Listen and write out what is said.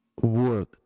word